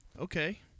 Okay